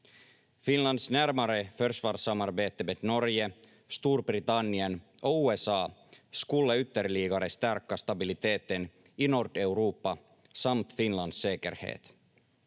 Finlands närmare försvarssamarbete med Norge, Storbritannien och USA skulle ytterligare stärka stabiliteten i Nordeuropa samt Finlands säkerhet.